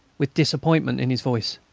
with disappointment in his voice.